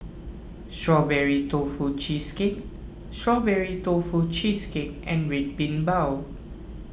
Strawberry Tofu Cheesecake Strawberry Tofu Cheesecake and Red Bean Bao